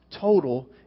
total